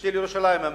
של ירושלים המזרחית.